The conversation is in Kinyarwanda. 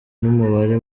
n’umubare